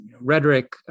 rhetoric